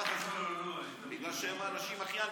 ככה זה, בגלל שהם האנשים הכי אנטי-דמוקרטיים.